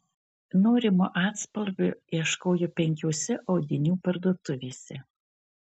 norimo atspalvio ieškojo penkiose audinių parduotuvėse